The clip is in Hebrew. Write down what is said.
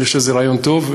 אני חושב שזה רעיון טוב,